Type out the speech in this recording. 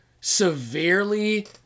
severely